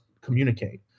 communicate